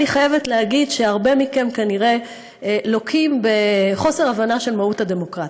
אני חייבת להגיד שהרבה מכם כנראה לוקים בחוסר הבנה של מהות הדמוקרטיה.